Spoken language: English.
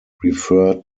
referred